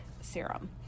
serum